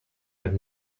met